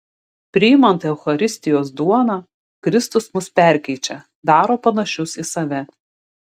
priimant eucharistijos duoną kristus mus perkeičia daro panašius į save